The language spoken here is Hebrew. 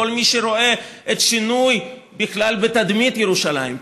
כל מי שרואה את שינוי בכלל בתדמית ירושלים,